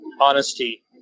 honesty